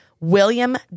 William